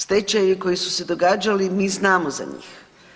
Stečajevi koji su se događali mi znamo za njih.